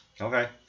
Okay